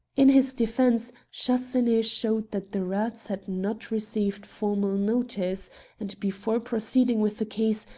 in his defence, chasseneux showed that the rats had not received formal notice and, before pro ceeding with the case,